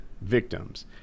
victims